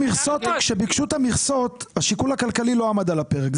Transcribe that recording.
כשביקשו את המכסות השיקול הכלכלי לא עמד על הפרק.